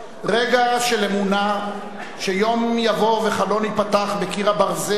רגע של אמונה שיום יבוא וחלון ייפתח ב"קיר הברזל",